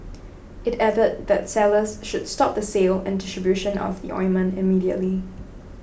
it added that sellers should stop the sale and distribution of the ointment immediately